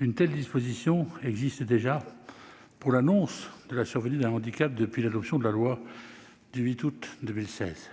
Une telle disposition existe déjà pour l'annonce de la survenue d'un handicap depuis l'adoption de la loi du 8 août 2016.